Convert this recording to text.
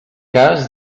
cas